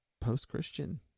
post-Christian